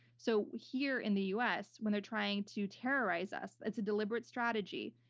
so here in the us, when they're trying to terrorize us, it's a deliberate strategy.